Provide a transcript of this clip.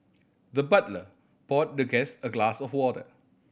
the butler poured the guest a glass of water